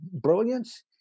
brilliance